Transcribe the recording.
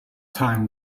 time